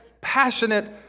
passionate